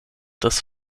des